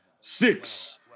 six